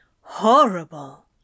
Horrible